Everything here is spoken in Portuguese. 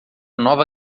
nova